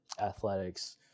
athletics